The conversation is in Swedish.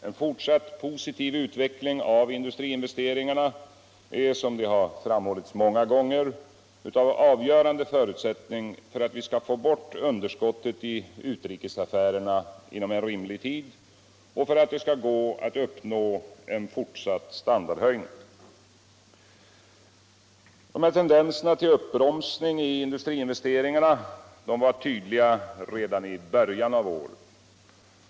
En fortsatt positiv utveckling av industriinvesteringarna är, som det framhållits många gånger, en avgörande förutsättning både för att vi skall få bort underskottet i utrikesaffärerna inom rimlig tid och för att det skall gå att uppnå en fortsatt standardhöjning. Tendenserna till uppbromsning i industriinvesteringarna var tydliga redan i början av året.